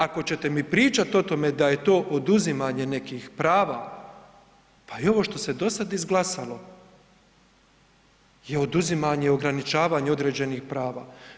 Ako ćete mi pričati o tome da je to oduzimanje nekih prava, pa i ovo što se dosad izglasalo je oduzimanje i ograničavanje određenih prava.